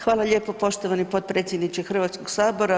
Hvala lijepo poštovan potpredsjedniče Hrvatskog sabora.